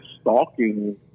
stalking